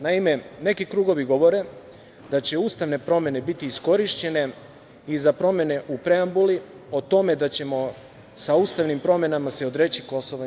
Naime, neki krugovi govore da će ustavne promene biti iskorišćene i za promene u preambuli, o tome da ćemo sa ustavnim promenama se odreći KiM.